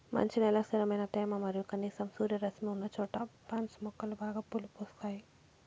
మంచి నేల, స్థిరమైన తేమ మరియు కనీసం సూర్యరశ్మి ఉన్నచోట పాన్సి మొక్కలు బాగా పూలు పూస్తాయి